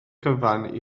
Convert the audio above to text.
cyfan